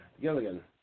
Gilligan